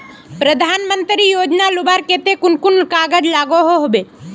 प्रधानमंत्री योजना लुबार केते कुन कुन कागज लागोहो होबे?